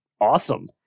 awesome